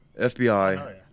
FBI